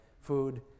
food